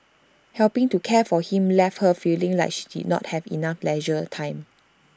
helping to care for him left her feeling like she did not have enough leisure time